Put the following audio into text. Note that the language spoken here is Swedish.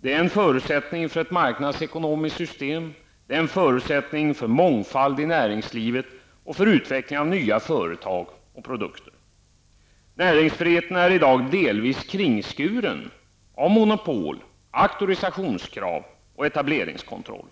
Det är en förutsättning för ett marknadsekonomiskt system. Det är en förutsättning för mångfald i näringslivet och för utvecklingen av nya företag och produkter. Näringsfriheten är i dag delvis kringskuren av monopol, auktorisationskrav och etableringskontroll.